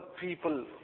people